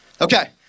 Okay